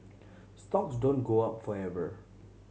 stocks don't go up forever